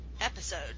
episode